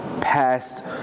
past